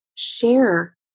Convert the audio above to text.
Share